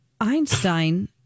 Einstein